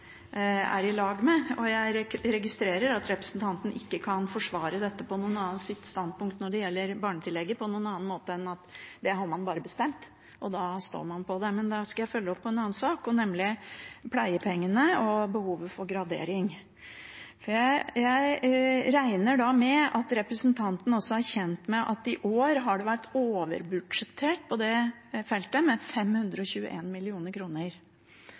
er i lag med. Jeg registrerer at representanten ikke kan forsvare dette med barnetillegget på noen annen måte enn at det har man bare bestemt, og da står man på det. Men da skal jeg følge opp en annen sak, nemlig pleiepengene og behovet for gradering. Jeg regner med at representanten også er kjent med at i år har det vært overbudsjettert med 521 mill. kr på det feltet, og